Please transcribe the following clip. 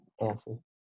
awful